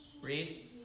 read